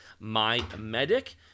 MyMedic